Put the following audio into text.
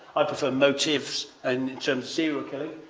i prefer motifs and terms serial killing.